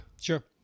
Sure